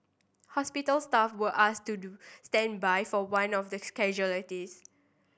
hospital staff were asked to do standby for one of the casualties